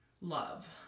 love